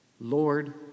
Lord